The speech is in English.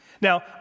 Now